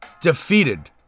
defeated